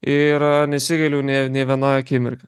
ir nesigailiu nė nė vienoj akimirk